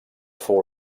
fou